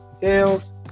tails